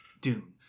Dune